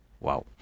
Wow